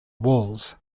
walls